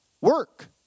work